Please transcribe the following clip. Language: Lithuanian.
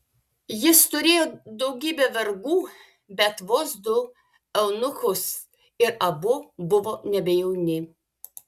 jis turėjo daugybę vergų bet vos du eunuchus ir abu buvo nebe jauni